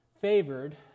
favored